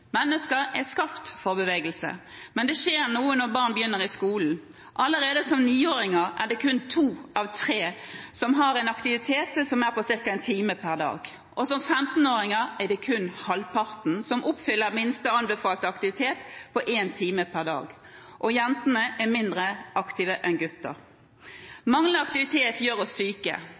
Mennesker er skapt for bevegelse. Men det skjer noe når barn begynner på skolen. Allerede som 9-åringer er det kun to av tre som er i aktivitet i ca. en time per dag. Som 15-åringer er det kun halvparten som oppfyller minste anbefalte aktivitet på én time per dag, og jentene er mindre aktive enn guttene. Mangel på aktivitet gjør oss syke.